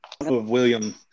William